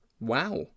Wow